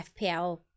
FPL